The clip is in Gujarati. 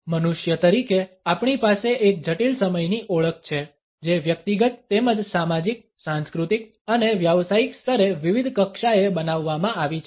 મનુષ્ય તરીકે આપણી પાસે એક જટિલ સમયની ઓળખ છે જે વ્યક્તિગત તેમજ સામાજિક સાંસ્કૃતિક અને વ્યાવસાયિક સ્તરે વિવિધ કક્ષાએ બનાવવામાં આવી છે